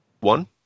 One